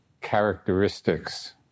characteristics